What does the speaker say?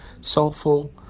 soulful